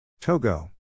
Togo